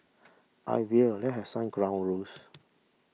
I will let have some ground rules